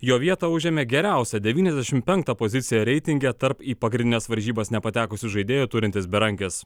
jo vietą užėmė geriausią devyniasdešimt penktą poziciją reitinge tarp į pagrindines varžybas nepatekusių žaidėjų turintis berankis